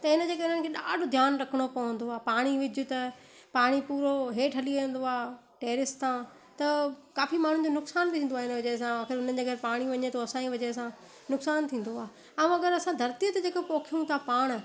तंहिं इन जे करे उनखे ॾाढो ध्यानु रखिणो पवंदो आहे पाणी विझ त पाणी पूरो हेठि हली वेंदो आहे टैरिस ता त काफ़ी माण्हू जो नुक़सानु बि थींदो आ इन वजह सां आखिर उन्हनि जे घर पाणी वञे थो असांजी वज़ह सां नुक़सानु थींदो आहे ऐं अगरि असां धरती ते जेको पौखियूं था पाण